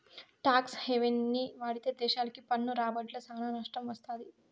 talks హెవెన్ని వాడితే దేశాలకి పన్ను రాబడ్ల సానా నట్టం వత్తది